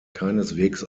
keineswegs